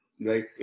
right